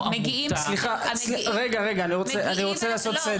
אני רוצה לעשות סדר.